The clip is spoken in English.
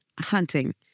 hunting